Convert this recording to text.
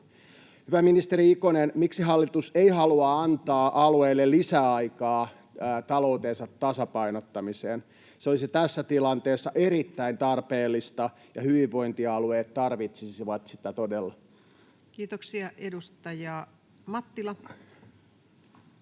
Hyvä ministeri Ikonen, miksi hallitus ei halua antaa alueille lisäaikaa taloutensa tasapainottamiseen? Se olisi tässä tilanteessa erittäin tarpeellista, ja hyvinvointialueet tarvitsisivat sitä todella. [Speech 19]